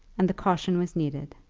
and the caution was needed.